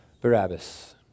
Barabbas